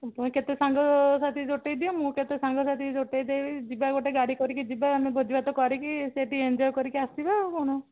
ପୁଣି କେତେ ସାଙ୍ଗସାଥି ଜୁଟେଇ ଦିଅ ମୁଁ କେତେ ସାଙ୍ଗସାଥି ଜୁଟେଇ ଦେବି ଯିବା ଗୋଟେ ଗାଡ଼ି କରିକି ଯିବା ଆମେ ଭୋଜି ଭାତ କରିକି ସେଠି ଏଞ୍ଜଏ କରିକି ଆସିବା ଆଉ କ'ଣ